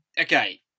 Okay